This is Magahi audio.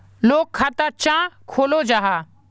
लोग खाता चाँ खोलो जाहा?